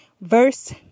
verse